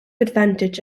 advantage